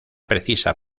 precisa